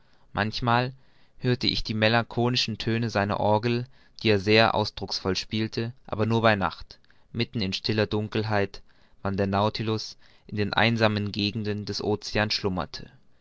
manchmal hörte ich die melancholischen töne seiner orgel die er sehr ausdrucksvoll spielte aber nur bei nacht mitten in stiller dunkelheit wann der nautilus in den einsamen gegenden des oceans schlummerte